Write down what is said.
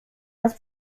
nas